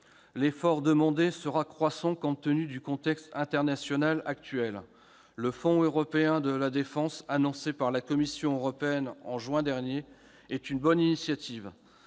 l'effort demandé sera croissant compte tenu du contexte international actuel. Le Fonds européen de la défense, annoncé par la Commission européenne en juin dernier, est une bonne initiative.